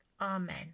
Amen